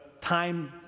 time